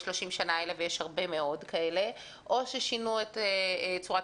30 השנים האלה - ויש הרבה מאוד כאלה - או ששינו את צורת